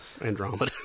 Andromeda